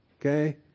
Okay